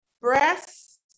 breast